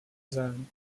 zone